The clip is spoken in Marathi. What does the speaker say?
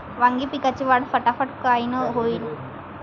वांगी पिकाची वाढ फटाफट कायनं होईल?